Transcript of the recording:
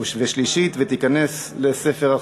אין מתנגדים, אין נמנעים.